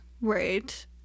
right